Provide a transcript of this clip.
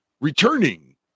returning